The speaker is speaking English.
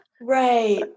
right